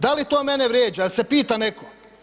Da li to mene vrijeđa, jel se pita netko?